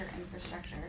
infrastructure